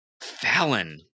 Fallon